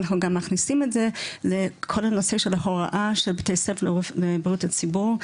אנחנו גם מכניסים את זה לכל הנושא של ההוראה של ..בריאות הציבור,